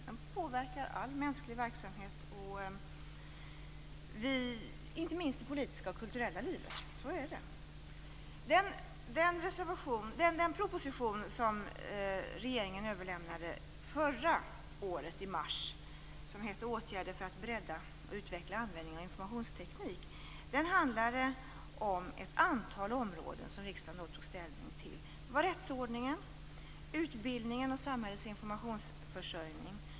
Den påverkar all mänsklig verksamhet - inte minst det politiska och kulturella livet. Den proposition som regeringen överlämnade i mars, Åtgärder för att bredda och utveckla användningen av informationsteknik, handlade om ett antal områden som riksdagen tog ställning till. Det var rättsordningen, utbildningen och samhällets informationsförsörjning.